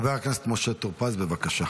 חבר הכנסת משה טור פז, בבקשה.